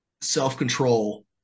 self-control